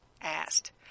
asked